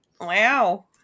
Wow